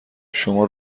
شما